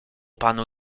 panu